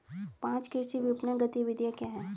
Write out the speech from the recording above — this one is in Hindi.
पाँच कृषि विपणन गतिविधियाँ क्या हैं?